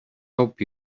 help